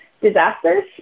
disasters